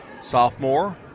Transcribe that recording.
Sophomore